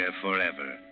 forever